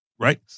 Right